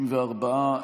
54,